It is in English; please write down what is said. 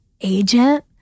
agent